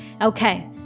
Okay